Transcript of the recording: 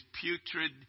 putrid